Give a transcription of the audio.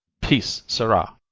peace, sirrah!